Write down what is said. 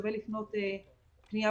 שווה לפנות במייל,